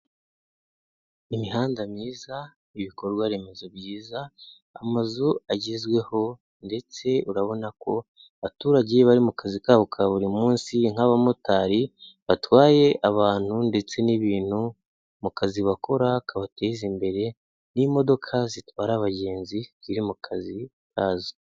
Imihanda myiza, ibikorwa remezo byiza, amazu agezweho ndetse urabona ko abaturage bari mu kazi kabo ka buri munsi, nk'abamotari batwaye abantu ndetse n'ibintu, mu kazi bakora kabateza imbere, n'imodoka zitwara abagenzi ziri mu kazi kazo.